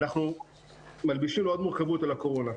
אנחנו מלבישים עוד מורכבות על הקורונה.